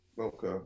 Okay